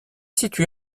situé